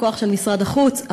הכוח של משרד החוץ,